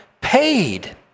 paid